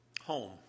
Home